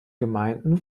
gemeinden